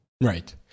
Right